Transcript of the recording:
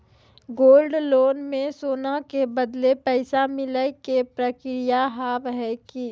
Gold loan मे सोना के बदले पैसा मिले के प्रक्रिया हाव है की?